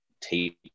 take